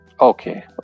Okay